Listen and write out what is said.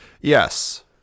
Yes